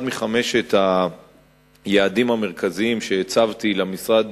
אחד מחמשת היעדים המרכזיים שהצבתי למשרד